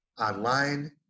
online